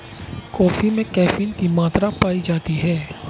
coffee में caffeine की मात्रा पाई जाती है